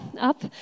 up